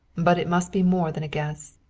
but it must be more than a guess.